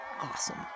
awesome